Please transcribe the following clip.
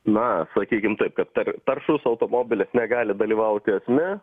na sakykim taip kad ter taršus automobilis negali dalyvauti esme